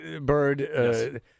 Bird